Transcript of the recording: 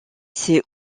c’est